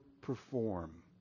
perform